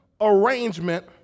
arrangement